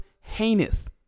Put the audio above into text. heinous